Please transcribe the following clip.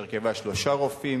שהרכבה שלושה רופאים